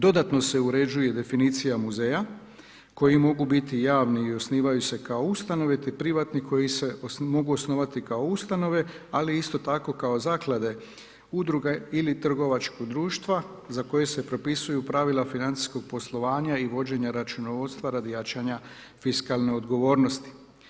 Dodatno se uređuje definicija muzeja koji mogu biti javni i osnivaju se kao ustanove, te privatni koji se mogu osnovati kao ustanove, ali isto tako kao zaklade, udruge ili trgovačka društva za koja se propisuju pravila financijskog poslovanja i vođenja računovodstva radi jačanja fiskalne odgovornosti.